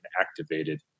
activated